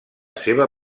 seva